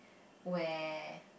where